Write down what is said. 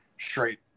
straight